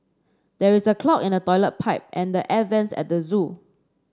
there is a clog in the toilet pipe and air vents at the zoo